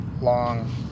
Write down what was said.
long